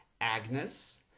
Agnes